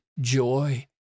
joy